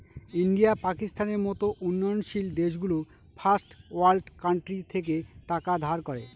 India, পাকিস্তানের মত উন্নয়নশীল দেশগুলো ফার্স্ট ওয়ার্ল্ড কান্ট্রি থেকে টাকা ধার করে